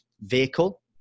vehicle